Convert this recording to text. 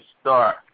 start